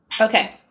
Okay